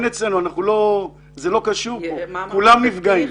זה לא קשור, כולם נפגעים.